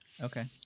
Okay